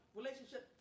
relationship